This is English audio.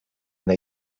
they